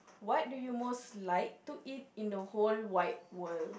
what do you most like to eat in the whole wide world